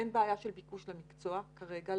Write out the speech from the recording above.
אין בעיה של ביקוש למקצוע כרגע,